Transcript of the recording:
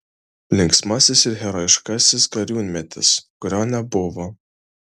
linksmasis ir herojiškasis gariūnmetis kurio nebuvo